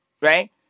Right